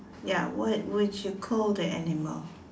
ya what would you call that animal